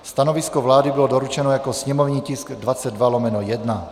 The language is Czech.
Stanovisko vlády bylo doručeno jako sněmovní tisk 22/1.